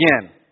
Again